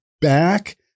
back